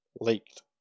leaked